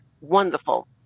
wonderful